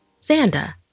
Xanda